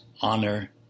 honor